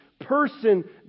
person